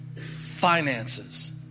finances